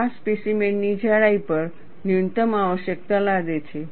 આ સ્પેસીમેન ની જાડાઈ પર ન્યૂનતમ આવશ્યકતા લાદે છે